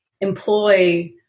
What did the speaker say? employ